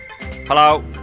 Hello